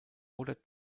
oder